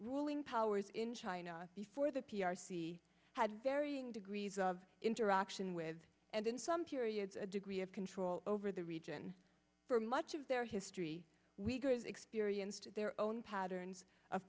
ruling powers in china before the p r c had varying degrees of action with and in some periods a degree of control over the region for much of their history wego has experienced their own patterns of